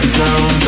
down